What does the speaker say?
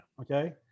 okay